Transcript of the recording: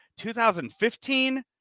2015